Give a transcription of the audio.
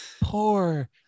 poor